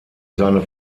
seine